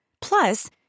Plus